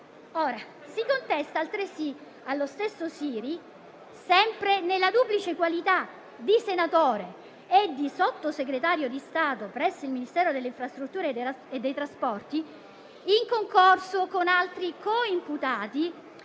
Si contesta altresì allo stesso Siri, sempre nella duplice qualità di senatore e di Sottosegretario di Stato presso il Ministero delle infrastrutture e dei trasporti, in concorso con altri coimputati,